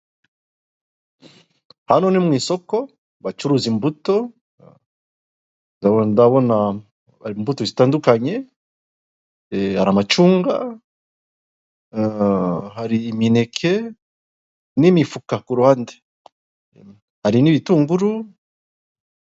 Hano ni mu isoko, bacuruza imbuto, ndabona imbuto zitandukanye hari amacunga, hari imineke n'imifuka ku ruhande, hari n'ibitunguru.